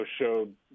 showed